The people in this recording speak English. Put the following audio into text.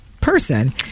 person